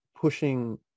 pushing